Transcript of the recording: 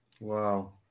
Wow